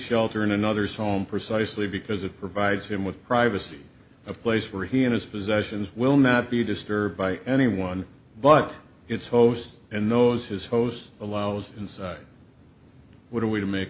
shelter in another song precisely because it provides him with privacy a place where he and his possessions will not be disturbed by anyone but its host and knows his host allows inside what a way to m